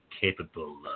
capable